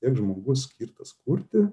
taip žmogus skirtas kurti